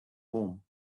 home